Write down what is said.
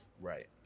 Right